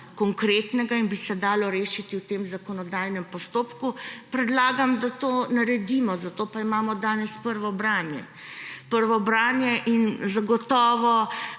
konkretnega in bi se dalo rešiti v tem zakonodajnem postopku, predlagam, da to naredimo. Zato pa imamo danes prvo branje in zagotovo